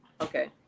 Okay